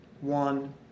one